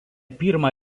pirmą